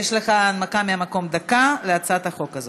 יש לך הנמקה מהמקום, דקה, להצעת החוק הזאת.